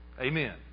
Amen